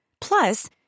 Plus